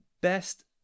best